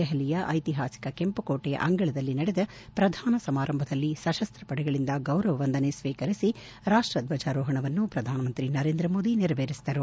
ದೆಹಲಿಯ ಐತಿಹಾಸಿಕ ಕೆಂಪುಕೋಟೆಯ ಅಂಗಳದಲ್ಲಿ ನಡೆದ ಪ್ರಧಾನ ಸಮಾರಂಭದಲ್ಲಿ ಸಶಸ್ತಪಡೆಗಳಿಂದ ಗೌರವ ವಂದನೆ ಸ್ವೀಕರಿಸಿ ರಾಷ್ಟ ಧ್ವಜಾರೋಹಣವನ್ನು ಪ್ರಧಾನಿ ನರೇಂದ್ರ ಮೋದಿ ನೆರವೇರಿಸಿದರು